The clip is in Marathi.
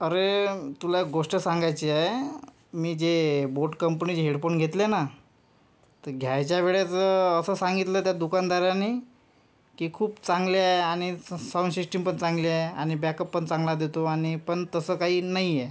अरे तुला एक गोष्ट सांगायची आहे मी जे बोट कंपनीचे हेडफोन घेतले ना ते घ्यायच्या वेळेस असं सांगितलं त्या दुकानदाराने की खूप चांगले आहे आणि ससाउंड शिस्टीम पण चांगली आहे आणि बॅकअप पण चांगला देतो आणि पण तसं काही नाही आहे